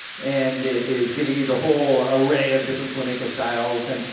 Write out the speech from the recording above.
and it is giving you the whole array of different flamenco styles, and,